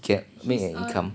get make an income